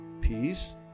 peace